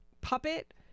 puppet